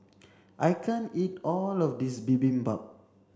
I can't eat all of this Bibimbap